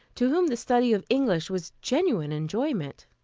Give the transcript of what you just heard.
to whom the study of english was genuine enjoyment.